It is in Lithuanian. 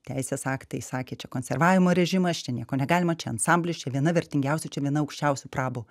teisės aktai sakė čia konservavimo režimas čia nieko negalima čia ansamblis čia viena vertingiausių čia viena aukščiausių prabų